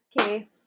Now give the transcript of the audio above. Okay